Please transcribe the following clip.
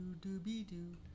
Do-do-be-do